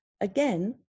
Again